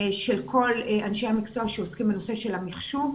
של כל אנשי המקצוע שעוסקים בנושא של המחשוב,